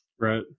Right